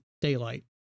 daylight